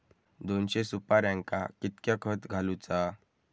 दोनशे सुपार्यांका कितक्या खत घालूचा?